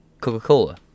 Coca-Cola